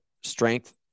strength